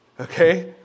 okay